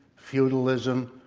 feudalism,